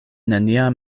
nenia